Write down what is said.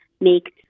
make